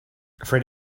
afraid